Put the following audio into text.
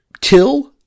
Till